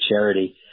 Charity